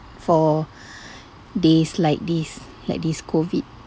for days like this like this COVID